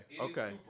okay